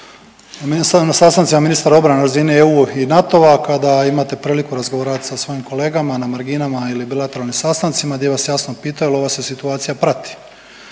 na sastancima ministara obrane na razini EU i NATO-a kada imate priliku razgovarat sa svojim kolegama na marginama ili bilateralnim sastancima gdje vas jasno pitaju jel ova se situacija prati.